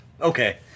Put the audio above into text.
okay